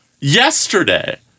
yesterday